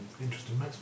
interesting